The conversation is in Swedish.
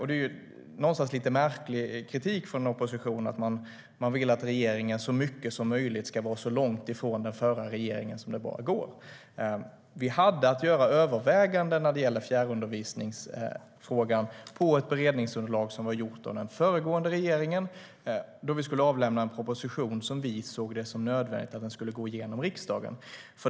Det är ju någonstans en lite märklig kritik från oppositionen när man vill att regeringen så mycket som möjligt ska stå så långt från den förra regeringen som det bara går. När vi skulle avlämna propositionen hade vi att göra överväganden när det gäller fjärrundervisningsfrågan på grundval av ett beredningsunderlag som var sammanställt av den föregående regeringen, och vi såg då det som nödvändigt att den skulle gå igenom i riksdagen.